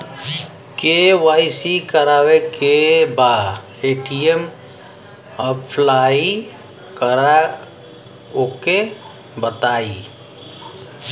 KYC करावे के बा ए.टी.एम अप्लाई करा ओके बताई?